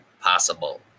possible